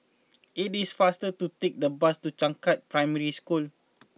it is faster to take the bus to Changkat Primary School